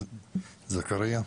זכריא,